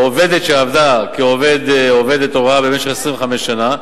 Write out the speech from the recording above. עובדת שעבדה כעובד או עובדת הוראה במשך 25 שנה,